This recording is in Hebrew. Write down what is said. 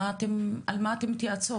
שאלתם, על מה אתן מתייעצות?